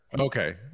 okay